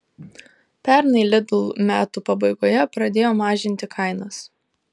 pernai lidl metų pabaigoje pradėjo mažinti kainas